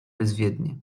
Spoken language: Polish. bezwiednie